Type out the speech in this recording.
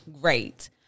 great